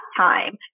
time